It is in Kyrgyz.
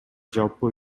жалпы